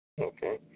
Okay